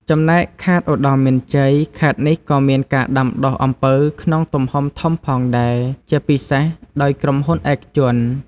ចំណែកខេត្តឧត្តរមានជ័យ ខេត្តនេះក៏មានការដាំដុះអំពៅក្នុងទំហំធំផងដែរ ជាពិសេសដោយក្រុមហ៊ុនឯកជន។